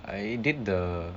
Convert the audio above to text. I did the